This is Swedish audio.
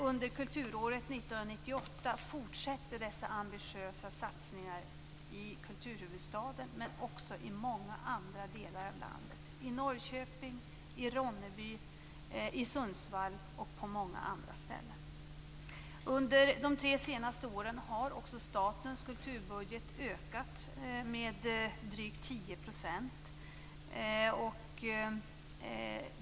Under kulturåret 1998 fortsätter dessa ambitiösa satsningar - i kulturhuvudstaden, men också i många andra delar av landet; i Norrköping, i Ronneby, i Sundsvall och på många andra ställen. Under de tre senaste åren har också statens kulturbudget ökat med drygt 10 %.